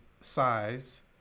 size